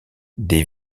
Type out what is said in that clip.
des